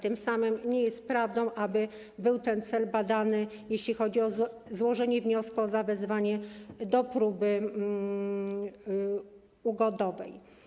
Tym samym nie jest prawdą, aby był ten cel badany, jeśli chodzi o złożenie wniosku o zawezwanie do próby ugodowej.